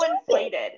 inflated